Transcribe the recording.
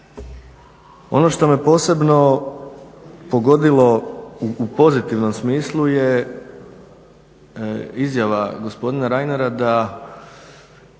Ono što me posebno pogodilo u pozitivnom smislu je izjava gospodina Reinera da